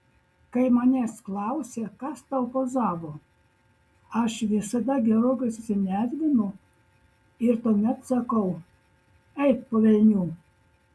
kai manęs klausia kas tau pozavo aš visada gerokai susinervinu ir tuomet sakau eik po velnių